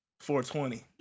420